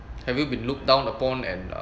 have you been looked down upon and uh